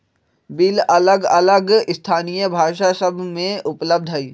bill अलग अलग स्थानीय भाषा सभ में उपलब्ध हइ